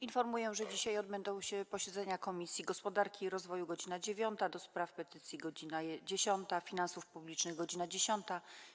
Informuję, że dzisiaj odbędą się posiedzenia Komisji: - Gospodarki i Rozwoju - godz. 9, - do Spraw Petycji - godz. 10, - Finansów Publicznych - godz. 10,